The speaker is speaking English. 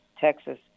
Texas